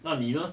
那你呢